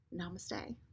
Namaste